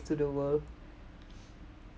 to the world